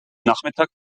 nachmittag